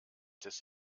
des